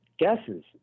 guesses